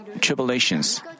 tribulations